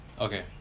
Okay